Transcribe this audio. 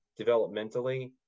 developmentally